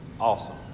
awesome